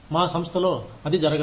మా సంస్థలో అది జరగదు